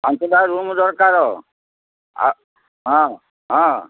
ପାଞ୍ଚଟା ରୁମ୍ ଦରକାର ଆ ହଁ ହଁ